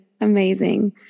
amazing